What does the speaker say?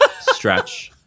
stretch